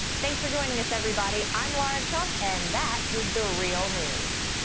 thanks for joining us, everybody. i'm lara trump, and that is the real news.